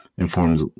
informs